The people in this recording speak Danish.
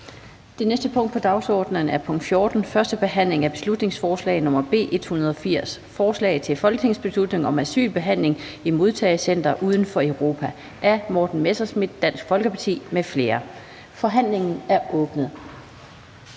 Det næste punkt på dagsordenen er: 14) 1. behandling af beslutningsforslag nr. B 180: Forslag til folketingsbeslutning om asylbehandling i modtagecenter uden for Europa. Af Morten Messerschmidt (DF) m.fl. (Fremsættelse